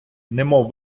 немов